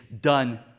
done